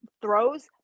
throws